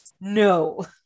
no